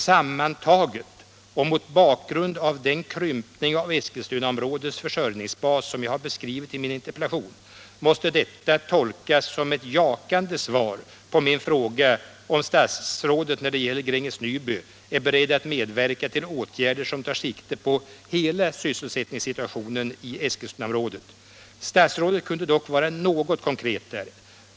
Sammantaget och mot bakgrund av den krympning av Eskilstunaområdets försörjningsbas som jag har beskrivit i min interpellation måste detta tolkas som ett jakande svar på min fråga, om statsrådet när det gäller Gränges Nyby är beredd att medverka till åtgärder som tar sikte på hela sysselsättningssituationen i Eskilstunaområdet. Statsrådet kunde dock ha varit något mer konkret på denna punkt.